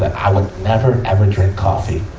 i would never, ever drink coffee,